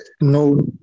no